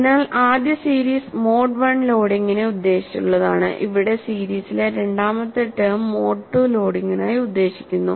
അതിനാൽ ആദ്യ series mode I ലോഡിംഗിനെ ഉദ്ദേശിച്ചുള്ളതാണ് ഇവിടെ സീരീസിലെ രണ്ടാമത്തെ ടേം മോഡ് II ലോഡിംഗിനായി ഉദ്ദേശിക്കുന്നു